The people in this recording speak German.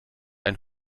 ein